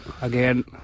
again